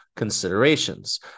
considerations